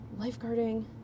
lifeguarding